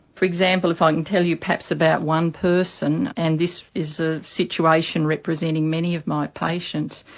for example if i can tell you perhaps about one person and this is a situation representing many of my patients.